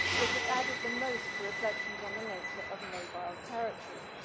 yet, it added the most to reflections on the nature of mobile territories.